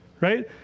right